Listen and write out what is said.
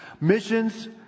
Missions